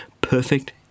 perfect